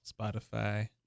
Spotify